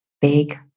big